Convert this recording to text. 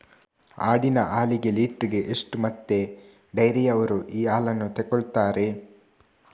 ಆಡಿನ ಹಾಲಿಗೆ ಲೀಟ್ರಿಗೆ ಎಷ್ಟು ಮತ್ತೆ ಡೈರಿಯವ್ರರು ಈ ಹಾಲನ್ನ ತೆಕೊಳ್ತಾರೆ?